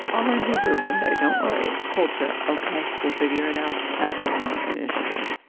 i'll learn hebrew one day, don't worry. culture? ok, we'll figure it out. that's not an issue.